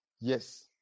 Yes